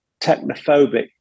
technophobic